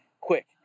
quick